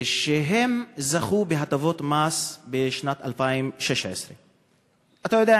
שזכו בהטבות מס בשנת 2016. אתה יודע,